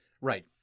Right